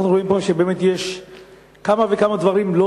אנחנו רואים באמת שיש כמה וכמה דברים לא